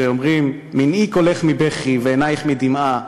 שאומרים: "מנעי קולך מבכי ועיניך מדמעה.